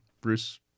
Bruce